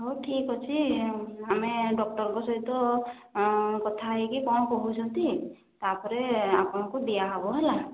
ହଉ ଠିକ ଅଛି ଆମେ ଡକ୍ଚରଙ୍କ ସହିତ କଥା ହୋଇକି କ'ଣ କହୁଛନ୍ତି ତା'ପରେ ଆପଣଙ୍କୁ ଦିଆ ହେବ ହେଲା